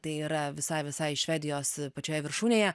tai yra visai visai švedijos pačioje viršūnėje